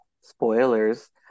spoilers